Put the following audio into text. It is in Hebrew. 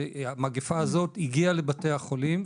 והמגפה הזאת הגיעה לבתי החולים.